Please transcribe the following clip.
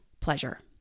pleasure